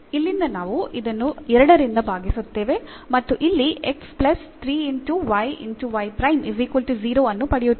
ಇಲ್ಲಿಂದ ನಾವು ಇದನ್ನು 2 ರಿಂದ ಭಾಗಿಸುತ್ತೇವೆ ನಾವು ಇಲ್ಲಿ ಅನ್ನು ಪಡೆಯುತ್ತೇವೆ